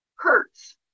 hurts